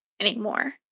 anymore